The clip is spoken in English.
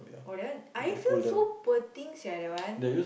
oh that one I feel so poor thing sia that one